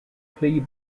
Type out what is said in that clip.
plea